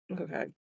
okay